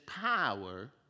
power